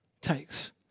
takes